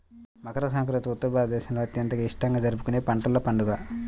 మకర సంక్రాంతి ఉత్తర భారతదేశంలో అత్యంత ఇష్టంగా జరుపుకునే పంటల పండుగ